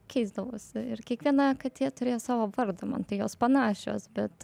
keisdavosi ir kiekviena katė turėjo savo vardą man tai jos panašios bet